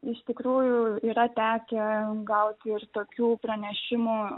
iš tikrųjų yra tekę gauti ir tokių pranešimų